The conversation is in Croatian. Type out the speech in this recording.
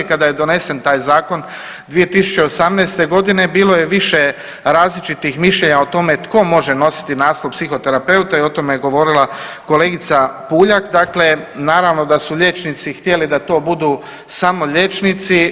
Kada je donesen taj zakon 2018.g. bilo je više različitih mišljenja o tome tko može nositi naslov psihoterapeuta i o tome je govorila kolegica Puljak, dakle naravno da su liječnici htjeli da to budu samo liječnici.